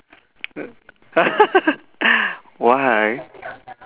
why